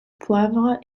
poivre